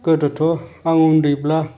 गोदोथ' आं उन्दैब्ला